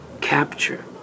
capture